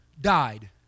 died